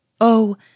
Oh